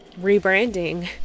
rebranding